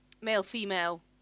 male-female